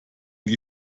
die